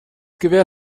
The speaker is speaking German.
gewehr